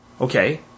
okay